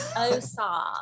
Osa